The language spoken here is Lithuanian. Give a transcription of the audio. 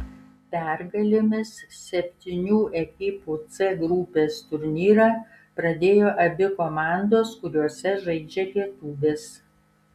pergalėmis septynių ekipų c grupės turnyrą pradėjo abi komandos kuriose žaidžia lietuvės